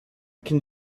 can